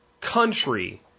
country